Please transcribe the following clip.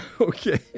Okay